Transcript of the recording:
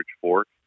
fork